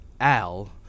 Al